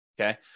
Okay